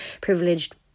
privileged